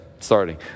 starting